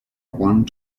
one